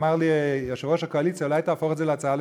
אמר לי יושב-ראש הקואליציה: אולי תהפוך את זה להצעה לסדר-היום?